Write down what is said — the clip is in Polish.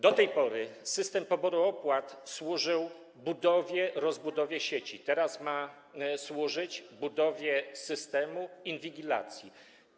Do tej pory system poboru opłat służył budowie, rozbudowie sieci, teraz ma służyć budowie systemu inwigilacji.